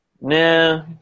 Nah